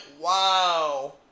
wow